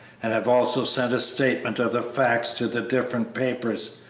and have also sent a statement of the facts to the different papers,